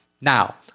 Now